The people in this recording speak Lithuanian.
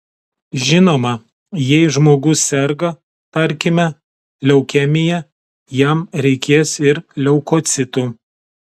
žinoma jei žmogus serga tarkime leukemija jam reikės ir leukocitų